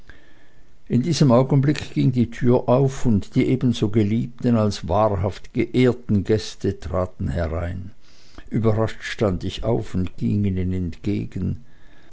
in diesem augenblicke ging die tür auf und die ebenso geliebten als wahrhaft geehrten gäste traten herein überrascht stand ich auf und ging ihnen entgegen